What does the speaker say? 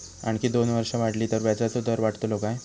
आणखी दोन वर्षा वाढली तर व्याजाचो दर वाढतलो काय?